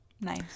nice